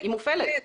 היא מופעלת.